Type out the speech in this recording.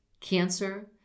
cancer